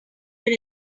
when